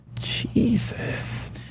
Jesus